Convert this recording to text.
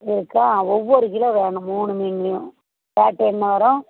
இருக்கா ஒவ்வொரு கிலோ வேணும் மூணு மீன்லேயும் ரேட் என்ன வரும்